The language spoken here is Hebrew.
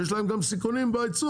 יש להם גם סיכונים בייצור,